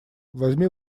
возьми